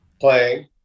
playing